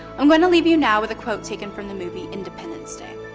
i'm gonna leave you now with a quote taken from the movie, independence day.